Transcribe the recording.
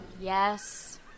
Yes